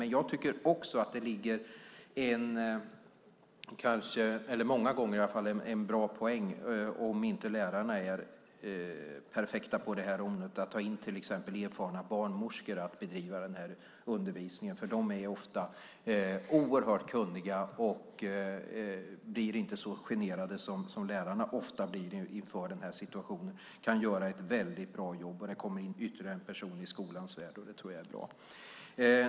Men jag tycker också att det många gånger är en bra poäng - om inte lärarna är perfekta på det här området - att ta in till exempel erfarna barnmorskor för att bedriva den här undervisningen. De är ofta oerhört kunniga och blir inte så generade som lärarna ofta blir inför den här situationen. De kan göra ett väldigt bra jobb, och det kommer in ytterligare en person i skolans värld, vilket jag tror är bra.